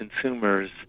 consumers